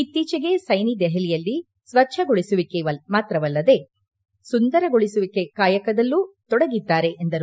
ಇತ್ತೀಚೆಗೆ ಸೈನಿ ದೆಹಲಿಯಲ್ಲಿ ಸ್ವಚ್ನಗೊಳಿಸುವಿಕೆ ಮಾತ್ರವವಲ್ಲದೇ ಸುಂದರಗೊಳಿಸುವ ಕಾಯಕದಲ್ಲೂ ತೊಡಗಿದ್ದಾರೆ ಎಂದರು